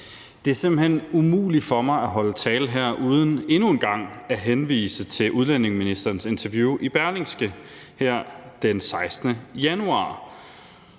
Det er simpelt hen umuligt for mig at holde tale her uden endnu en gang at henvise til udlændingeministerens interview i Berlingske her den 16. januar,